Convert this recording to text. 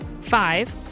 Five